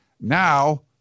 Now